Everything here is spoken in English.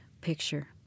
picture